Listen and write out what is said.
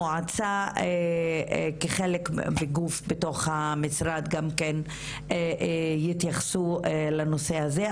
המועצה כחלק וגוף בתוך המשרד גם כן יתייחסו לנושא הזה.